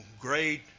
great